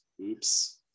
Oops